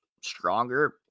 stronger